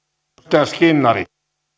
arvoisa